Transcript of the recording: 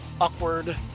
Awkward